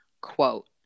quote